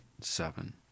seven